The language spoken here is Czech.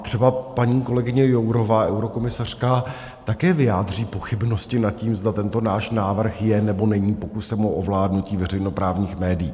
Třeba paní kolegyně Jourová, eurokomisařka, také vyjádří pochybnosti nad tím, zda tento náš návrh je, nebo není pokusem o ovládnutí veřejnoprávních médií.